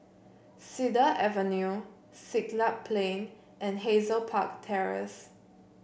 Cedar Avenue Siglap Plain and Hazel Park Terrace